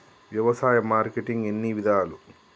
వ్యవసాయ మార్కెటింగ్ ఎన్ని విధాలు?